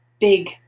big